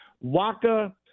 Waka